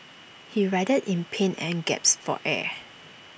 he writhed in pain and gasped for air